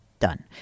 Done